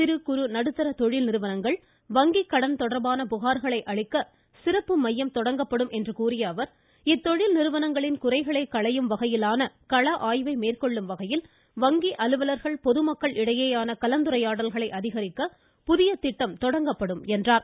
சிறு குறு நடுத்தர தொழில் நிறுவனங்கள் வங்கி கடன் தொடர்பான புகார்களை அளிக்க சிறப்பு மையம் தொடங்கப்படும் என்று கூறிய அமைச்சர் இத்தொழில் நிறுவனங்களின் குறைகளை களையும் வகையிலான கள ஆய்வை மேற்கொள்ளும் வகையில் வங்கி அலுவலர்கள் பொதுமக்களிடையேயான கலந்துரையாடல்களை அதிகரிக்க புதிய திட்டம் தொடங்கப்படும் என்றார்